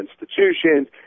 institutions